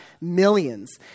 millions